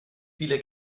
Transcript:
viele